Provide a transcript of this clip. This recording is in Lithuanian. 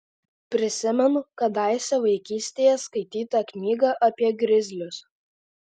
prisimenu kadaise vaikystėje skaitytą knygą apie grizlius